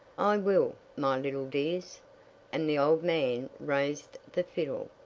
i will, my little dears and the old man raised the fiddle.